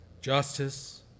justice